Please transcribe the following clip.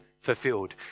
fulfilled